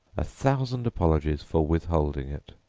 a thousand apologies for withholding it.